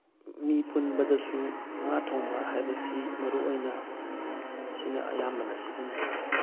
ꯃꯤ ꯄꯨꯟꯕꯗꯁꯨ ꯉꯥ ꯊꯣꯡꯕ ꯍꯥꯏꯕꯁꯤ ꯃꯔꯨ ꯑꯣꯏꯅ ꯁꯤꯅ ꯑꯌꯥꯝꯕꯅ ꯁꯤꯖꯤꯟꯅꯩ